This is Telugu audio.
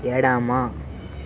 ఎడమ